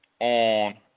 on